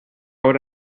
would